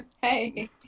Hey